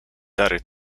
dary